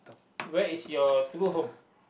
where is your true home